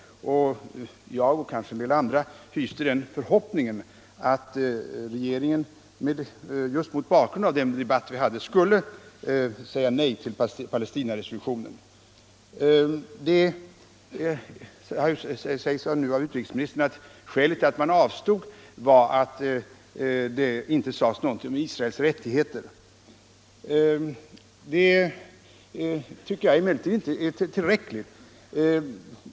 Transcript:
Jag och kanske en del andra hyste den förhoppningen att regeringen just mot bakgrund av den debatt som vi hade skulle säga nej till Palestinaresolutionen. Utrikesministern säger nu att skälet till att man avstod från att rösta var att det i resolutionen inte sades något om Israels rättigheter. Det tycker jag emellertid inte är tillräckligt.